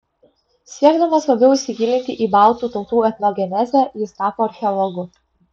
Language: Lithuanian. siekdamas labiau įsigilinti į baltų tautų etnogenezę jis tapo archeologu